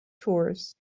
tours